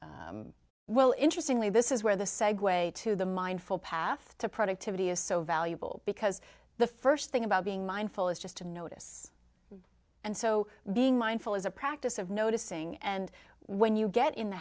well interestingly this is where the segue to the mindful path to productivity is so valuable because the first thing about being mindful is just to notice and so being mindful is a practice of noticing and when you get in the